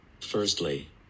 Firstly